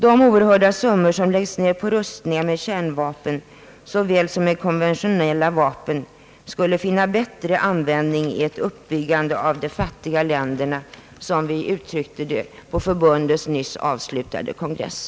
De oerhörda summor som läggs ned på rustningar med kärnvapen såväl som med konventionella vapen skulle få en bättre användning i uppbyggande av de fattiga länderna, som vi uttryckte oss på förbundets nyss avslutade kongress.